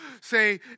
say